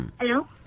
Hello